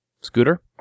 Scooter